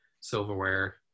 silverware